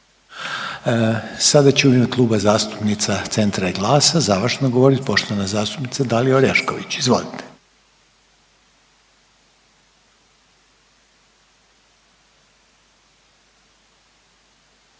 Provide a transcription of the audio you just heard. Sada će u ime Kluba zastupnica Centra i GLAS-a završno govorit poštovana zastupnica Dalija Orešković, izvolite.